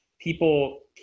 people